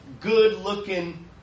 good-looking